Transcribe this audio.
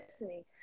listening